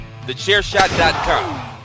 TheChairShot.com